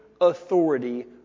authority